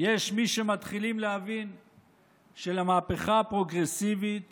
יש מי שמתחילים להבין שלמהפכה הפרוגרסיבית